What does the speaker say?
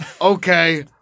Okay